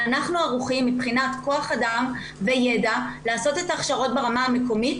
אנחנו ערוכים מבחינת כח אדם וידע לעשות את ההכשרות ברמה המקומית,